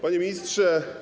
Panie Ministrze!